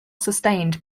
sustained